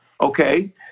okay